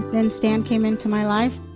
then stan came into my life.